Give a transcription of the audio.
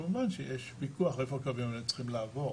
כמובן שיש ויכוח איפה הקווים האלה צריכים לעבור.